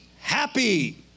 happy